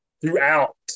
throughout